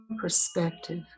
perspective